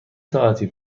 ساعتی